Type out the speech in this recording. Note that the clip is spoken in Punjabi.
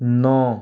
ਨੌ